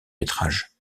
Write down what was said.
métrages